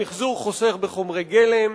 המיחזור חוסך בחומרי גלם,